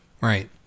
Right